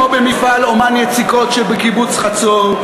כמו במפעל "אומן יציקות" שבקיבוץ חצור,